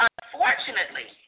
Unfortunately